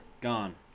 Gone